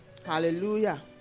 Hallelujah